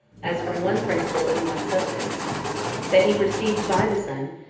as from one principle and one substance that he proceeds by the son,